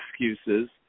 excuses